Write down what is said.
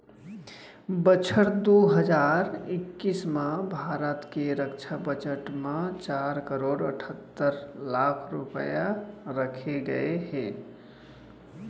बछर दू हजार इक्कीस म भारत के रक्छा बजट म चार करोड़ अठत्तर लाख रूपया रखे गए हे